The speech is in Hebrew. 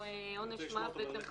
ולא קולו של השר.